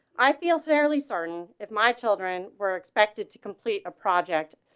i feel fairly certain if my children were expected to complete a project,